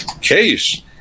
case